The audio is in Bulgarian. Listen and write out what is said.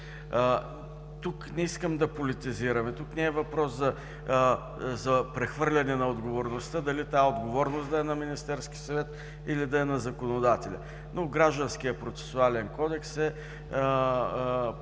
Тук не искам да политизираме. Тук не е въпрос за прехвърляне на отговорността – дали тази отговорност да е на Министерския съвет, или да е на законодателя, но Гражданският процесуален кодекс е